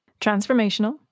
Transformational